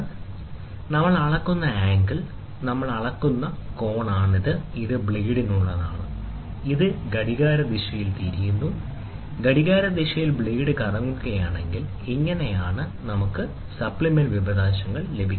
ഇതാണ് നമ്മൾ അളക്കുന്ന ആംഗിൾ ഇത് നമ്മൾ അളക്കുന്ന കോണാണ് ഇത് ഒരു ബ്ലേഡിനുള്ളതാണ് അത് ഘടികാരദിശയിൽ തിരിയുന്നു ഘടികാരദിശയിൽ ബ്ലേഡ് കറങ്ങുകയാണെങ്കിൽ ഇങ്ങനെയാണ് നമുക്ക് സപ്ലിമെന്റ് വിശദാംശങ്ങൾ ലഭിക്കുന്നത്